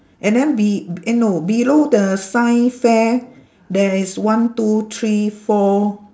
and then be~ eh no below the science fair there is one two three four